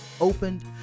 opened